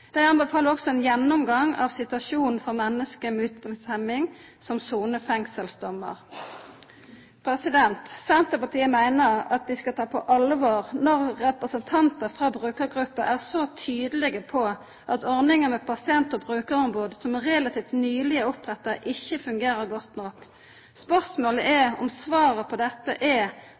også ein gjennomgang av situasjonen for menneske med utviklingshemming som sonar fengselsdommar. Senterpartiet meiner at vi skal ta på alvor når representantar frå brukargruppa er så tydelege på at ordninga med pasient- og brukarombod, som relativt nyleg er oppretta, ikkje fungerer godt nok. Spørsmålet er om svaret på dette er